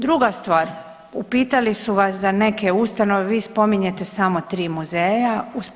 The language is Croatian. Druga stvar, upitali su vas za neke ustanove, vi spominjete samo 3 muzeja.